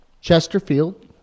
Chesterfield